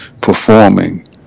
performing